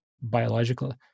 biological